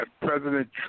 President